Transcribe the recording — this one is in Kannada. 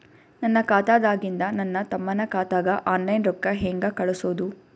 ನನ್ನ ಖಾತಾದಾಗಿಂದ ನನ್ನ ತಮ್ಮನ ಖಾತಾಗ ಆನ್ಲೈನ್ ರೊಕ್ಕ ಹೇಂಗ ಕಳಸೋದು?